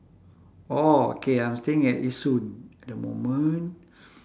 oh okay I'm staying at yishun at the moment